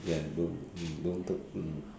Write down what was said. ya don't don't talk